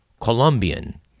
Colombian